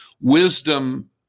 wisdom